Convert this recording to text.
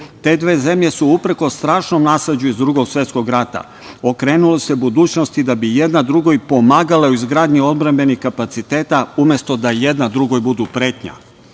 Te dve zemlje su se, uprkos strašnom nasleđu iz Drugog svetskog rata, okrenule budućnosti da bi jedna drugoj pomagale u izgradnji odbrambenih kapaciteta, umesto da jedna drugoj budu pretnja.